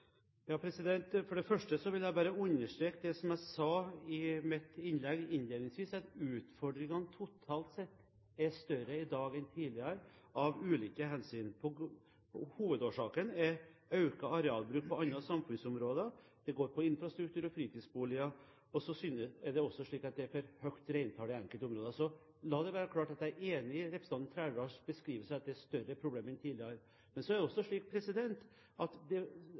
For det første vil jeg bare understreke det som jeg sa innledningsvis i innlegget mitt, at utfordringene totalt sett er større i dag enn tidligere av ulike hensyn. Hovedårsaken er økt arealbruk på andre samfunnsområder. Det går på infrastruktur og fritidsboliger, og det er også slik at reintallet er for høyt i enkelte områder. La det være klart at jeg er enig i representanten Trældals beskrivelse av at det er større problemer enn tidligere. Men så er det også slik at problemene varierer litt ut fra hvor man er i landet, og hvilken situasjon de enkelte områdene er i. Det